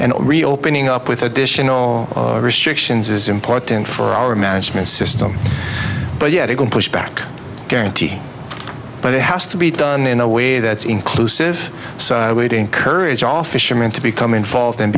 and reopening up with additional restrictions is important for our management system but yet it can push back guarantee but it has to be done in a way that's inclusive so i would encourage all fishermen to become involved and